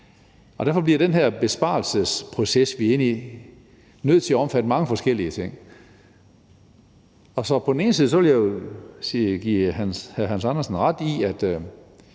Derfor bliver den her besparelsesproces, vi er inde i, nødt til at omfatte mange forskellige ting. Jeg vil give hr. Hans Andersen ret i, at